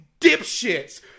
dipshits